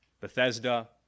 Bethesda